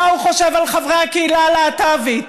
מה הוא חושב על חברי הקהילה הלהט"בית,